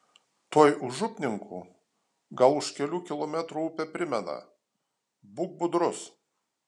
tuoj už upninkų gal už kelių kilometrų upė primena būk budrus